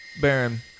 Baron